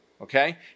okay